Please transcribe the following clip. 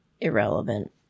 irrelevant